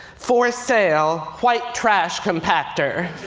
for sale white trash compactor.